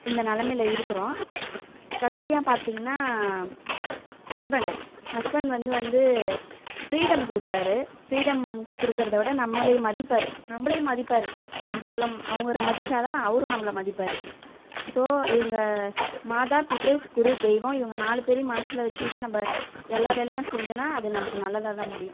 இந்த நிலமைல இருக்கிறோம் கடைசியாக பார்த்திங்கனா ஹஸ்பண்ட் ஹஸ்பண்ட் வந்து வந்து ஃப்ரீடம் கொடுப்பாரு ஃப்ரீடம் கொடுக்குறத விட நம்மளையும் மதிப்பார் நம்மளையும் மதிப்பார் நம்ம அவ்வளோ அவங்கள மதித்தா தான் அவரும் நம்மள மதிப்பார் ஸோ இவங்க மாதா பிதா குரு தெய்வம் இவங்க நாலு பேரையும் மனசில் வெச்சிக்கிட்டு நம்ம எல்லா வேலையும் செஞ்சோம்னா அது நமக்கு நல்லதாக தான் முடியும்